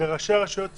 וראשי הרשויות צודקים.